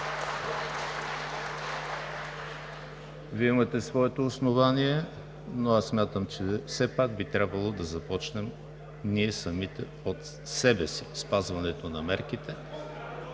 Вие имате своето основание, но аз смятам, че все пак би трябвало да започнем ние самите да спазваме мерките